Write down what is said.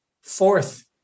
fourth